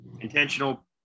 intentional